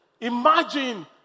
Imagine